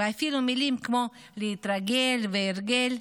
ואפילו מילים כמו "להתרגל" ו"הרגל".